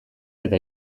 eta